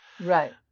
Right